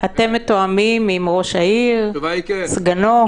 אתם מתואמים עם ראש העיר וסגנו?